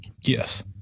Yes